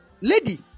Lady